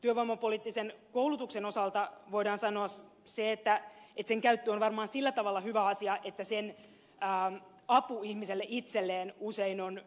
työvoimapoliittisen koulutuksen osalta voidaan sanoa se että sen käyttö on varmaan sillä tavalla hyvä asia että sen apu ihmiselle itselleen usein on